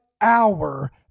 hour